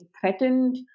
threatened